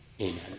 Amen